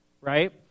right